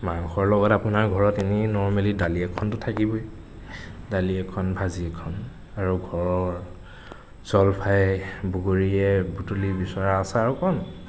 মাংসৰ লগত আপোনাৰ ঘৰত এনেই নৰ্মেলী দালি এখনটো থাকিবই দালি এখন ভাজি এখন আৰু ঘৰৰ জলফাঁই বগৰীয়ে বুটলি বিচৰা আচাৰ অকণমান